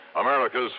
America's